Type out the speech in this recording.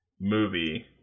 movie